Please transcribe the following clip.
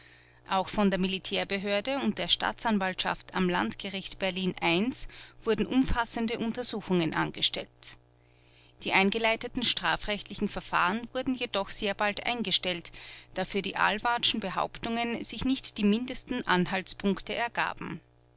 auch von der militärbehörde und der staatsanwaltschaft am landgericht berlin i wurden umfassende untersuchungen angestellt die eingeleiteten strafrechtlichen verfahren wurden jedoch doch sehr bald eingestellt da für die ahlwardtschen behauptungen sich nicht die mindesten anhaltspunkte ergaben